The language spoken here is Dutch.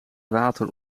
water